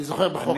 אני זוכר בחוק,